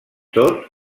tot